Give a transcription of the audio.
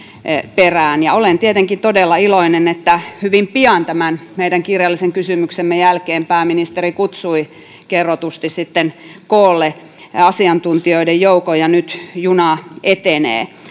perään olen tietenkin todella iloinen että hyvin pian tämän meidän kirjallisen kysymyksemme jälkeen pääministeri kutsui kerrotusti sitten koolle asiantuntijoiden joukon ja nyt juna etenee